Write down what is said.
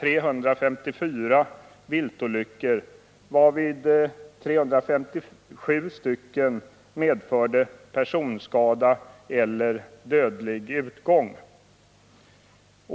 354 viltolyckor, varav 357 stycken medförde personskada eller dödlig utgång.